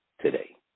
today